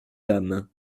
dames